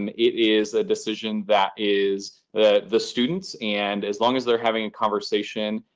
um it is a decision that is that the students and as long as they're having a conversation,